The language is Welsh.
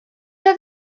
oedd